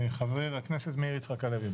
חבר הכנסת מאיר יצחק הלוי,